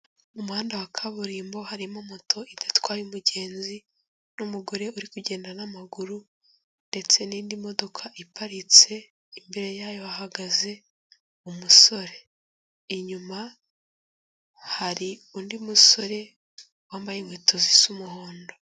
Mu muhanda wa kaburimbo harimo moto idatwaye umugenzi n'umugore uri kugenda n'amaguru ndetse n'indi modoka iparitse imbere yayo bahagaze umusore, inyuma hari undi musore wambaye inkweto zisa umuhondo.